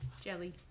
Jelly